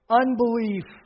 unbelief